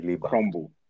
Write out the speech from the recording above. crumble